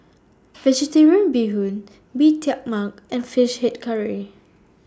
Vegetarian Bee Hoon Bee Tai Mak and Fish Head Curry